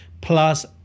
plus